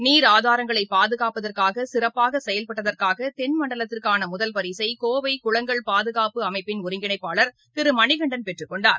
நீர் ஆதாரங்களைபாதுகாப்பதற்காகசிறப்பாகசெயல்பட்டதற்காகதென்மண்டலத்திற்கானமுதல் பரிசினைகோவைகுளங்கள் பாதுகாப்பு அமைப்பின் ஒருங்கிணைப்பாளர் திருமணிகண்டன் பெற்றுக் கொண்டார்